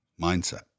mindset